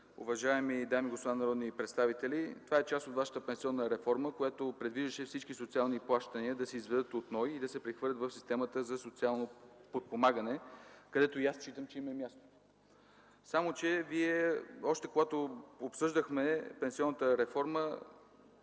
уважаеми дами и господа народни представители! Това е част от вашата пенсионна реформа, която предвиждаше всички социални плащания да се изведат от Националния осигурителен институт и да се прехвърлят в системата за социално подпомагане, където и аз считам, че им е мястото. Само че още когато обсъждахме пенсионната реформа,